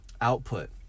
output